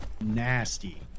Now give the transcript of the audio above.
nasty